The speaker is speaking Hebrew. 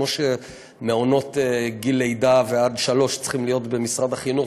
כמו שמעונות מגיל לידה ועד שלוש צריכים להיות במשרד החינוך,